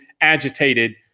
agitated